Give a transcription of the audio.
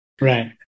Right